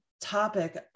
topic